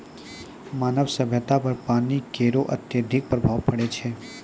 मानव सभ्यता पर पानी केरो अत्यधिक प्रभाव पड़ै छै